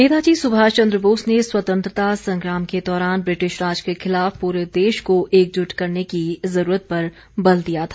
नेताजी सुभाष चन्द्र बोस ने स्वतंत्रता संग्राम के दौरान ब्रिटिश राज के खिलाफ पूरे देश को एकजुट करने की जरूरत पर बल दिया था